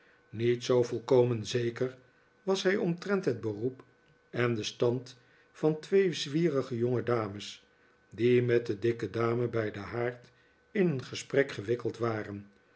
niet zoo volkomen zeker was hij omtrent het beroep en den stand van twee zwierige jongedames die met de dikke dame bij den haard in een gesprek gewikkeld waren